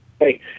Hey